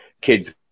kid's